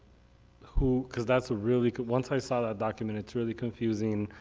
who, because that's a really, once i saw that document, it's really confusing,